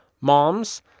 moms